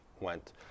went